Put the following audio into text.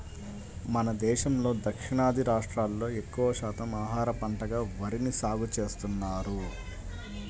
మన దేశంలో దక్షిణాది రాష్ట్రాల్లో ఎక్కువ శాతం ఆహార పంటగా వరిని సాగుచేస్తున్నారు